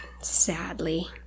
sadly